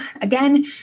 Again